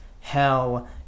Hell